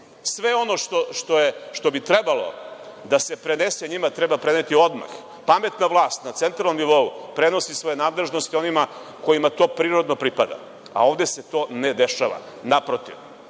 Sve ono što bi trebalo da se prenese, njima treba preneti odmah. Pametna vlast na centralnom nivou prenosi svoje nadležnosti onima kojima to prirodno pripada, a ovde se to ne dešava. Naprotiv,